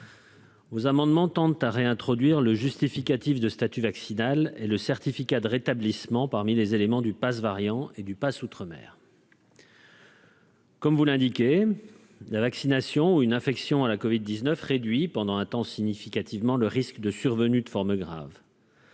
Nos amendements tendent à réintroduire le justificatif de statut vaccinal et le certificat de rétablissement parmi les éléments du Pass variant et du Pass, outre-mer. Comme vous l'indiquez la vaccination, une infection à la Covid 19 réduits pendant un temps significativement le risque de survenue de formes graves.